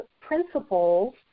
principles